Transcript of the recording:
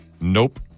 Nope